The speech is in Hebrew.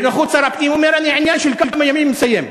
בנוכחות שר הפנים הוא אומר: אני עניין של כמה ימים מסיים.